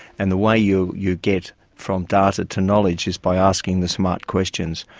and the way you you get from data to knowledge is by asking the smart questions.